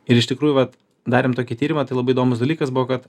ir iš tikrųjų vat darėm tokį tyrimą tai labai įdomus dalykas buvo kad